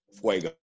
Fuego